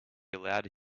allowed